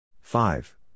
five